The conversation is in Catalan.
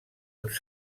uns